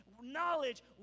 knowledge